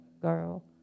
girl